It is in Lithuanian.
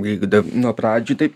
jeigu dar nuo pradžių tai